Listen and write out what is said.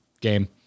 game